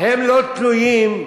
הם לא תלויים בחברה.